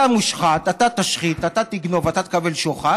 אתה מושחת, אתה תשחית, אתה תגנוב, אתה תקבל שוחד,